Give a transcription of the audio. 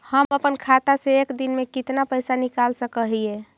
हम अपन खाता से एक दिन में कितना पैसा निकाल सक हिय?